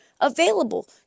available